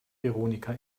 veronika